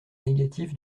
négatif